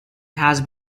has